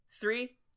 Three